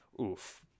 oof